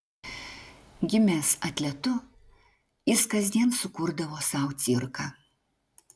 gimęs atletu jis kasdien sukurdavo sau cirką